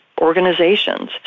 organizations